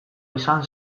izan